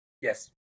Yes